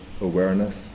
awareness